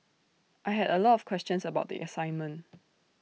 I had A lot of questions about the assignment